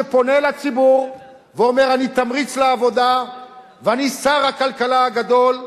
שפונה לציבור ואומר: אני עושה תמריץ לעבודה ואני שר הכלכלה הגדול,